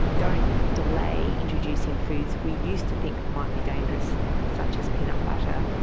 don't delay introducing foods we used to think might be dangerous such as peanut butter,